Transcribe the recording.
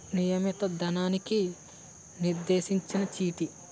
నియమిత ధనానికి నిర్దేశించిన చీటీ